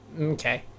Okay